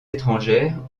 étrangères